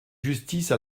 justice